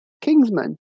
kingsman